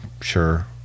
sure